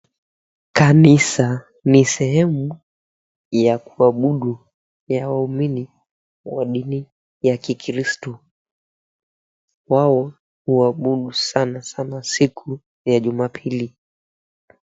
Kanisa ni sehemu ya kuabudu ya waumini wa dini ya Kikristu. Wao, huabudu sanasana siku ya Jumapili.